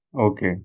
Okay